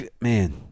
Man